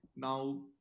Now